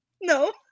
no